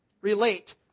relate